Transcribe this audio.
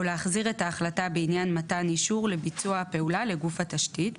או להחזיר את ההחלטה בעניין מתן אישור לביצוע הפעולה לגוף התשתית,